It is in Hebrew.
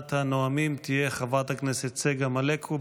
ראשונת הנואמים תהיה חברת הכנסת צגה מלקו.